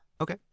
Okay